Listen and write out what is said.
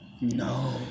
No